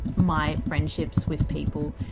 my friendships with people.